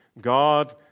God